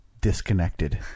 disconnected